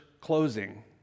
closing